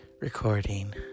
Recording